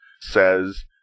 says